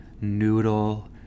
noodle